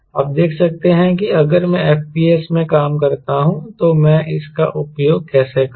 आप देख सकते हैं कि अगर मैं FPS में काम करता हूं तो मैं इसका उपयोग कैसे करूं